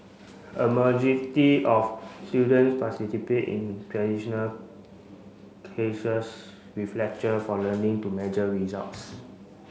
a of students participate in traditional with lecture for learning to measure results